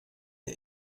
der